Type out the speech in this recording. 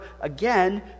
again